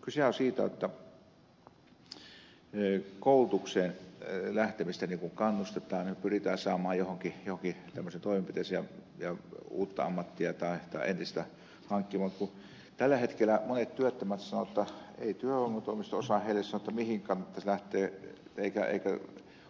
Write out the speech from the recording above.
kysehän on siitä jotta koulutukseen lähtemistä kannustetaan ja pyritään saamaan johonkin tämmöiseen toimenpiteeseen ja uutta ammattia tai entistä hankkia mutta kun tällä hetkellä monet työttömät sanovat että ei työvoimatoimisto osaa heille sanoa mihin kannattaisi lähteä eikä